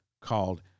called